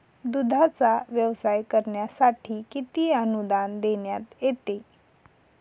दूधाचा व्यवसाय करण्यासाठी किती अनुदान देण्यात येते?